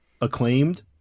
acclaimed